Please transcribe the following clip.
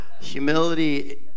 Humility